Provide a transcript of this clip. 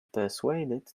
persuaded